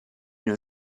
non